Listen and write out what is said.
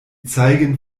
zeigen